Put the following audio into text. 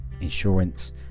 insurance